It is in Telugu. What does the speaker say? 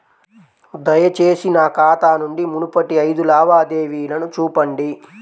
దయచేసి నా ఖాతా నుండి మునుపటి ఐదు లావాదేవీలను చూపండి